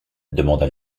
demanda